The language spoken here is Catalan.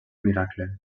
miracle